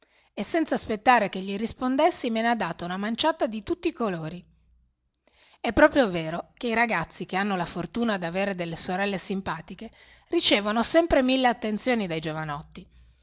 e senza aspettare che gli rispondessi me ne ha date una manciata di tutti i colori è proprio vero che i ragazzi che hanno la fortuna d'avere delle sorelle simpatiche ricevono sempre mille attenzioni dai giovanotti